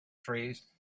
trees